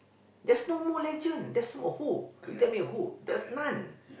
there's no more legend there's no you tell me who there's none